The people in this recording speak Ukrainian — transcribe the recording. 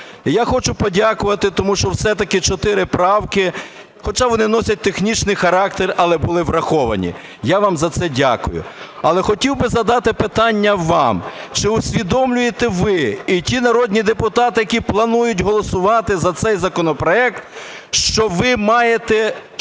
я хочу подякувати, тому що все-таки чотири правки, хоча вони носять технічний характер, але були враховані я вам за це дякую. Але хотів би задати питання вам. Чи усвідомлюєте ви і ті народні депутати, які планують голосувати за цей законопроект, що ви маєте шанс